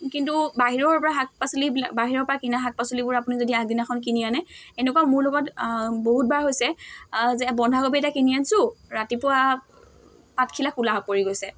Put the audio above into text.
কিন্তু বাহিৰৰ পৰা শাক পাচলিবিলাক বাহিৰৰ পৰা কিনা শাক পাচলিবোৰ আপুনি যদি আগদিনাখন কিনি আনে এনেকুৱা মোৰ লগত বহুতবাৰ হৈছে যে বন্ধাকবি এটা কিনি আনিছোঁ ৰাতিপুৱা পাতখিলা ক'লা পৰি গৈছে